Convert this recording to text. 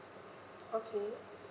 okay